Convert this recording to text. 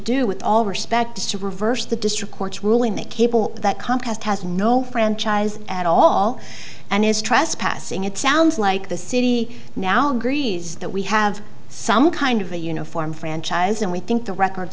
do with all respect is to reverse the district court's ruling that cable that comcast has no franchise at all and is trespassing it sounds like the city now agrees that we have some kind of a uniform franchise and we think the record